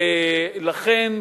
לכן,